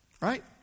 Right